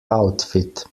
outfit